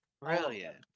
Brilliant